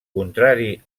contrari